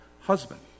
husband